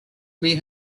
may